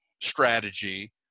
strategy